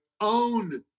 own